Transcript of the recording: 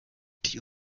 die